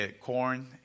corn